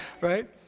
Right